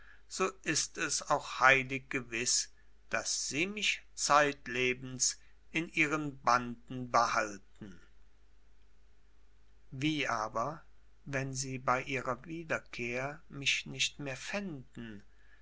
so ist es auch heilig gewiß daß sie mich zeitlebens in ihren banden behalten wie aber wenn sie bei ihrer wiederkehr mich nicht mehr fänden